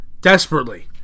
Desperately